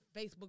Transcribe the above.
Facebook